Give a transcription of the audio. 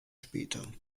später